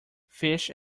fish